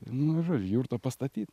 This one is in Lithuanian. nu žodžiu jurtą pastatyt